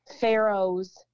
Pharaoh's